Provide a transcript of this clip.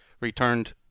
returned